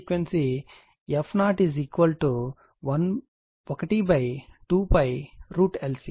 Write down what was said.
కాబట్టి f0 175 kilohertz ఇవ్వబడింది